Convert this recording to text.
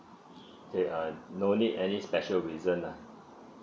okay uh no need any special reason lah